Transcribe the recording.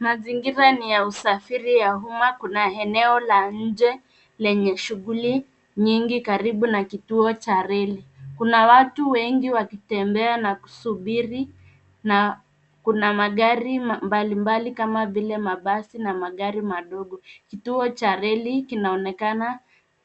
Mazingira ni ya usafiri ya umma. Kuna eneo la nje lenye shughuli nyingi karibu na kituo cha reli. Kuna watu wengi wakitembea na kusubiri na kuna magari mbali mbali kama vile: mabasi na magari madogo. Kituo cha reli kinaonekana